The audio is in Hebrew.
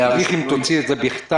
אני אעריך אם תוציא את זה בכתב,